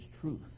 truth